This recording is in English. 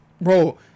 Bro